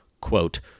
quote